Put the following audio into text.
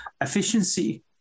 efficiency